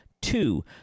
Two